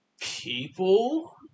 people